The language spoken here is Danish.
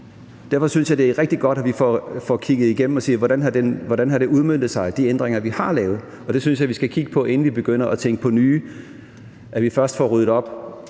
Derfor synes jeg, det er rigtig godt, at vi får kigget igennem, hvordan de ændringer, vi har lavet, har udmøntet sig, og det synes jeg vi skal kigge på, inden vi begynder at tænke på nye – altså, at vi først får ryddet op